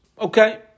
Okay